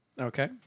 Okay